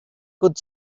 good